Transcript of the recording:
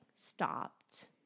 stopped